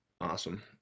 awesome